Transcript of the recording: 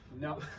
no